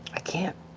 i can't